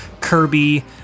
Kirby